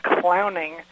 clowning